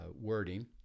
wording